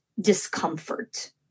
discomfort